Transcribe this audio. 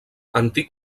antic